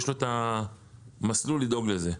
יש לו את המסלול לדאוג לזה?